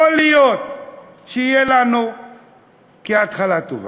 יכול להיות שזה יהיה לנו כהתחלה טובה.